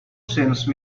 sense